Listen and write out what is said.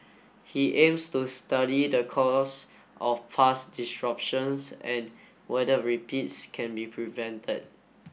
he aims to study the cause of past disruptions and whether repeats can be prevented